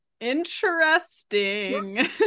interesting